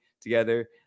together